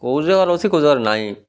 କେଉଁ ଜାଗାରେ ଅଛି କେଉଁ ଜାଗାରେ ନାଇଁ